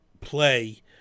play